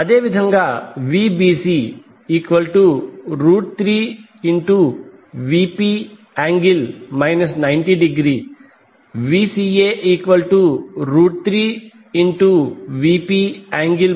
అదేవిధంగా Vbc3Vp∠ 90° Vca3Vp∠ 210°